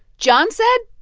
john said.